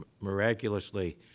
miraculously